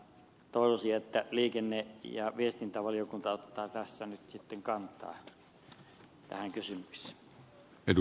toivoisin että liikenne ja viestintävaliokunta ottaa tässä nyt sitten kantaa tähän kysymykseen